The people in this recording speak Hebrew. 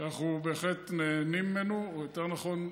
שאנחנו נהנים ממנו, או יותר נכון,